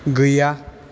गैया